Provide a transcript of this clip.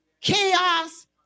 chaos